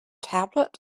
tablet